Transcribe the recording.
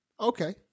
Okay